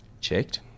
checked